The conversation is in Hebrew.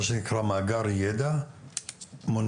מה שנקרא, מאגר ידע מוניציפאלי.